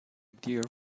dear